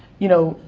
you know,